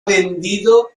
vendido